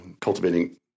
cultivating